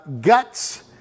guts